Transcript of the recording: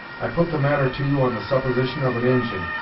i put the matter to you on the supposition of an injin.